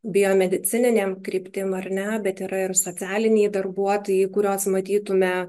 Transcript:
biomedicininėm kryptim ar ne bet yra ir socialiniai darbuotojai kuriuos matytume